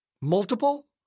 Multiple